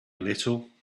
little